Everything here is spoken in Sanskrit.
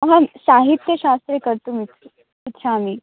अहं साहित्यशास्त्रे कर्तुम् इच्छामि